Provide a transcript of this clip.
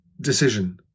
decision